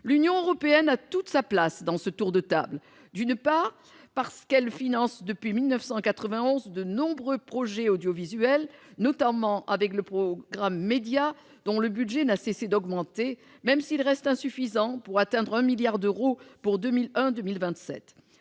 L'Union européenne a toute sa place dans ce tour de table. D'une part, parce qu'elle finance depuis 1991 de nombreux projets audiovisuels, notamment au travers du programme Media, dont le budget n'a cessé d'augmenter, même s'il reste insuffisant, jusqu'à atteindre 1 milliard d'euros pour la